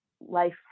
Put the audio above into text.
life